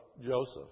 Joseph